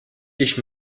ich